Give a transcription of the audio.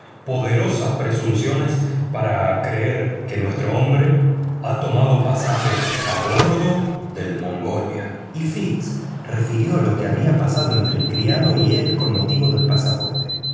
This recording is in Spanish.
poderosas presunciones para creer que nuestro hombre ha tomado pasaje a bordo del mongolia y fix refirió lo que había pasado entre el criado y él con motivo del pasaporte